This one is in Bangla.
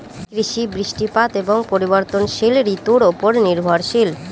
কৃষি বৃষ্টিপাত এবং পরিবর্তনশীল ঋতুর উপর নির্ভরশীল